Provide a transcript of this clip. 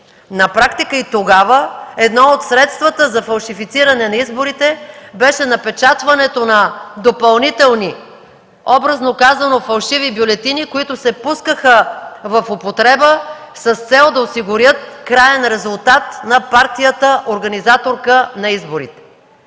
На практика и тогава едно от средствата за фалшифициране на изборите беше напечатването на допълнителни, образно казано, фалшиви бюлетини, които се пускаха в употреба с цел да осигурят краен резултат на партията, организаторка на изборите.